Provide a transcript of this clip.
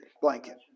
blanket